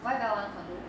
why dell want condo